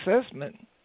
assessment